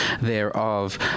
thereof